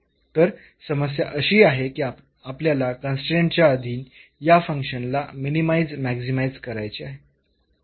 तर समस्या अशी आहे की आपल्याला कन्स्ट्रेन्टच्या अधीन या फंक्शनला मिनीमाईज मॅक्सीमाईज करायचे आहे